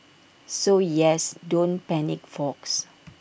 so yes don't panic folks